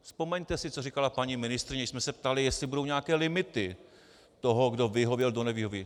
Vzpomeňte si, co říkala paní ministryně, když jsme se ptali, jestli budou nějaké limity toho, kdo vyhověl, kdo nevyhověl.